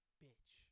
bitch